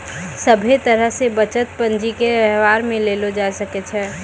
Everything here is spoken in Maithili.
सभे तरह से बचत पंजीके वेवहार मे लेलो जाय सकै छै